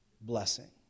Blessing